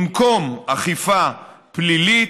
במקום אכיפה פלילית,